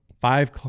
five